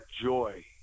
joy